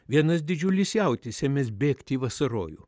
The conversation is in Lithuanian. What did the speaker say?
vienas didžiulis jautis ėmęs bėgti į vasarojų